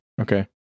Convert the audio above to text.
Okay